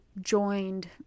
joined